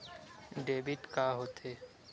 Debit का होथे?